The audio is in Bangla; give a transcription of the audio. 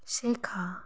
শেখা